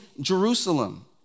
Jerusalem